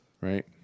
Right